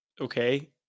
okay